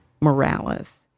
Morales